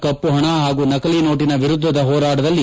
ಕಮಪಣ ಹಾಗೂ ನಕಲಿ ನೋಟನ ವಿರುದ್ಧದ ಹೋರಾಟದಲ್ಲಿ